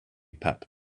pep